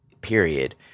period